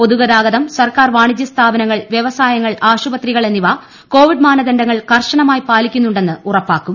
പൊതുഗതാഗതം സർക്കാർ വാണിജ്യ സ്ഥാപനങ്ങൾ വ്യവസായങ്ങൾ ആശുപത്രികൾ എന്നിവ കോവിഡ് മാനദണ്ഡങ്ങൾ കർശനമായി പാലിക്കുന്നുണ്ടെന്ന് ഉറപ്പാക്കും